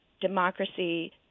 democracy